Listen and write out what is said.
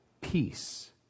Peace